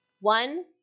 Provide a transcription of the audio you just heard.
One